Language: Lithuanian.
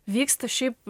vyksta šiaip